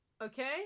Okay